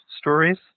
stories